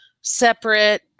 separate